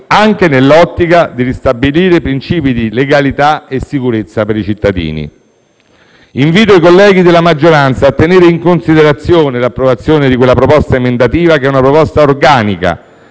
anche nell'ottica di ristabilire i principi di legalità e sicurezza per i cittadini. Invito i colleghi della maggioranza a tenere in considerazione l'approvazione di quella proposta emendativa, che è organica,